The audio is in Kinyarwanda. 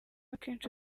akenshi